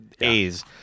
A's